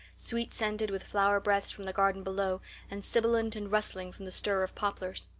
sweet-scented with flower breaths from the garden below and sibilant and rustling from the stir of poplars.